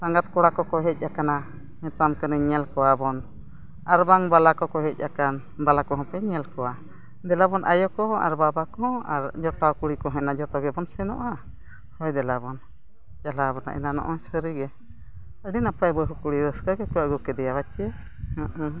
ᱥᱟᱸᱜᱟᱛ ᱠᱚᱲᱟ ᱠᱚ ᱦᱮᱡ ᱠᱟᱱᱟ ᱢᱮᱛᱟᱢ ᱠᱟᱹᱱᱟᱹᱧ ᱧᱮᱞ ᱠᱚᱣᱟ ᱵᱚᱱ ᱟᱨ ᱵᱟᱝ ᱵᱟᱞᱟ ᱠᱚ ᱠᱚ ᱦᱮᱡ ᱟᱠᱟᱱ ᱵᱟᱞᱟ ᱠᱚ ᱦᱚᱸ ᱯᱮ ᱧᱮᱞ ᱠᱚᱣᱟ ᱫᱮᱞᱟᱵᱚᱱ ᱟᱭᱳ ᱠᱚ ᱟᱨ ᱵᱟᱵᱟ ᱠᱚ ᱟᱨ ᱡᱚᱴᱟᱣ ᱠᱩᱲᱤ ᱠᱚ ᱦᱚᱸ ᱡᱚᱛᱚ ᱜᱮᱵᱚᱱ ᱥᱮᱱᱚᱜᱼᱟ ᱦᱳᱭ ᱫᱮᱞᱟ ᱵᱚᱱ ᱪᱟᱞᱟᱜ ᱟᱵᱚᱱ ᱱᱟᱦᱟᱜ ᱱᱚᱜᱼᱚᱸᱭ ᱥᱟᱹᱨᱤ ᱜᱮ ᱟᱹᱰᱤ ᱱᱟᱯᱟᱭ ᱵᱟᱹᱦᱩ ᱠᱩᱲᱤ ᱨᱟᱹᱥᱠᱟᱹ ᱜᱮᱠᱚ ᱟᱹᱜᱩ ᱠᱮᱫᱮᱭᱟ ᱵᱟᱪᱮ ᱦᱚᱜᱼᱚᱸᱭ